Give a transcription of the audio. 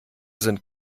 sind